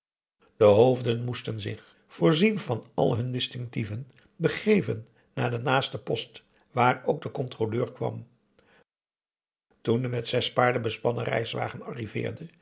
onder ps maurits zich voorzien van al hun distinctieven begeven naar den naasten post waar ook de controleur kwam toen de met zes paarden bespannen reiswagen arriveerde